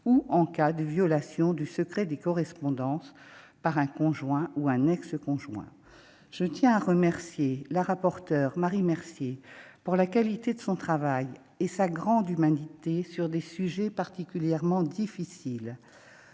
ou en cas de violation du secret des correspondances par un conjoint ou ex-conjoint. Je tiens à remercier la rapporteur, Marie Mercier, pour la qualité de son travail et sa grande humanité sur des sujets particulièrement difficiles.